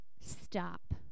stop